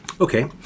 Okay